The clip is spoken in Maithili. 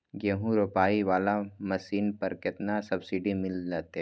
गेहूं रोपाई वाला मशीन पर केतना सब्सिडी मिलते?